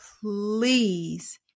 please